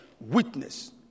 witness